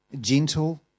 Gentle